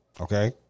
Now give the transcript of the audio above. okay